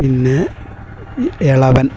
പിന്നെ ഇളവൻ